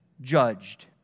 judged